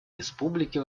республики